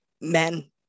men